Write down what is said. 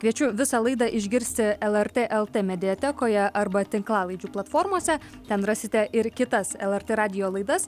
kviečiu visą laidą išgirsti lrt lt mediatekoje arba tinklalaidžių platformose ten rasite ir kitas lrt radijo laidas